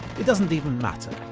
it doesn't even matter.